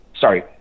sorry